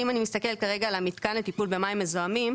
אם אני מסתכלת כרגע על המתקן לטיפול במים מזוהמים,